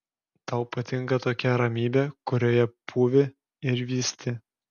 tau patinka tokia ramybė kurioje pūvi ir vysti